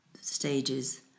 stages